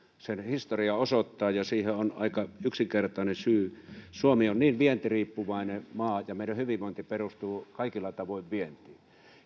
sen historia osoittaa ja siihen on aika yksinkertainen syy suomi on hyvin vientiriippuvainen maa ja meidän hyvinvointimme perustuu kaikilla tavoin vientiin